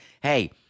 hey